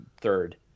third